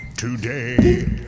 Today